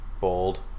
Bold